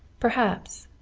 perhaps,